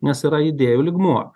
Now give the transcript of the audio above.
nes yra idėjų lygmuo